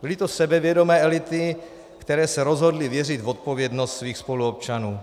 Byly to sebevědomé elity, které se rozhodly věřit v odpovědnost svých spoluobčanů.